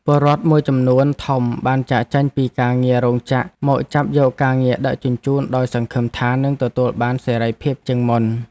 ពលរដ្ឋមួយចំនួនធំបានចាកចេញពីការងាររោងចក្រមកចាប់យកការងារដឹកជញ្ជូនដោយសង្ឃឹមថានឹងទទួលបានសេរីភាពជាងមុន។